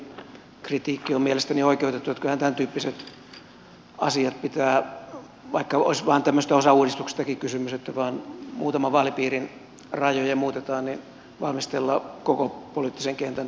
no siltä osin kritiikki on mielestäni oikeutettua että kyllähän tämäntyyppiset asiat pitää vaikka olisi vain tämmöisestä osauudistuksestakin kysymys että vain muutaman vaalipiirin rajoja muutetaan valmistella koko poliittisen kentän toimesta